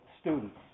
students